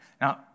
Now